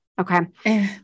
Okay